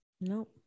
No